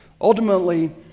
Ultimately